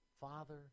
Father